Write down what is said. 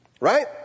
Right